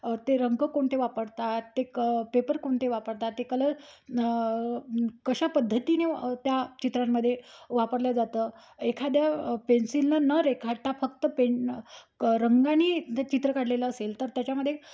ते रंग कोणते वापरतात ते क पेपर कोणते वापरतात ते कलर कशा पद्धतीने त्या चित्रांमध्ये वापरल्या जातं एखाद्या पेन्सिलनं न रेखाटता फक्त पेन क रंगानी चित्र काढलेलं असेल तर त्याच्यामध्ये